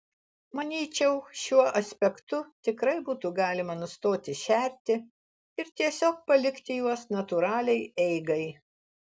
manyčiau šiuo aspektu tikrai būtų galima nustoti šerti ir tiesiog palikti juos natūraliai eigai